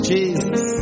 Jesus